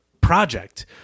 project